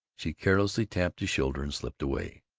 she carelessly tapped his shoulder and slipped away.